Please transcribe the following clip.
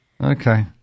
Okay